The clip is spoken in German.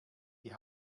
die